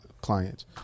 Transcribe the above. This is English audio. clients